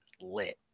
lit